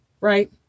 right